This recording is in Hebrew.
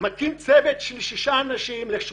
מקים צוות של שישה אנשים לפעולה במשך